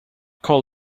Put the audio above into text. call